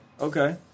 Okay